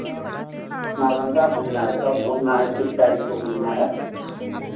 नालंदा घूमना है कब घूमना है किस तारीख को घूमना है